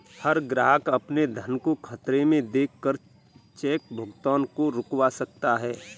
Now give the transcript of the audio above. हर ग्राहक अपने धन को खतरे में देख कर चेक भुगतान को रुकवा सकता है